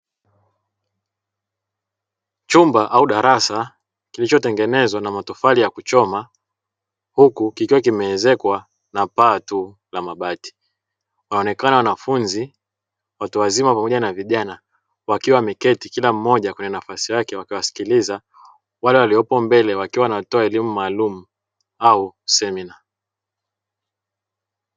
Chumba au darasa kilichotengenezwa na matofali ya kuchoma huku kikiwa kimeezekwa na paa tu la mabati, wanaonekana wanafunzi watu wazima pamoja na vijana wakiwa wameketi kila mmoja kwenye nafasi yake wakiwasikiliza wale waliopo mbele wakiwa wanatoa elimu maalumu au semina.